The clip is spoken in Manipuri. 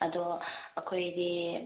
ꯑꯗꯣ ꯑꯩꯈꯣꯏꯗꯤ